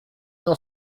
n’en